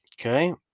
Okay